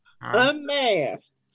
unmasked